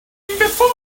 before